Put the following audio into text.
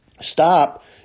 stop